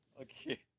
Okay